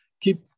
Keep